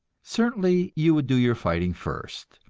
certainly you would do your fighting first,